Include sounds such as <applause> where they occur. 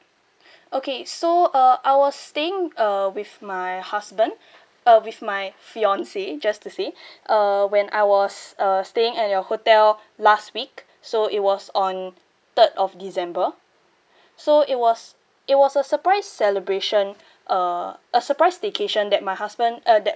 <breath> okay so uh I was staying uh with my husband uh with my fiancee just to say <breath> uh when I was uh staying at your hotel last week so it was on third of december so it was it was a surprise celebration uh a surprise staycation that my husband uh that